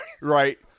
right